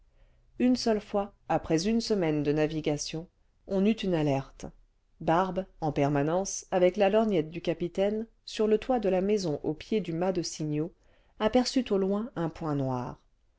une seule fois après une semaine de navigation on eut une alerte barbe en permanence avec la lorgnette du capitaine sur le toit de la maison au pied du mât de signaux aperçut au loin un point noir